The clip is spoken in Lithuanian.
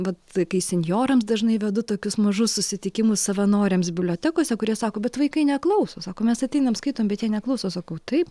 vat kai senjorams dažnai vedu tokius mažus susitikimus savanoriams bibliotekose kurie sako bet vaikai neklauso sako mes ateinam skaitom bet jie neklauso sakau taip